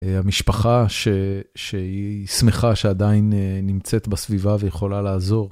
המשפחה שהיא שמחה שעדיין נמצאת בסביבה ויכולה לעזור.